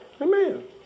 Amen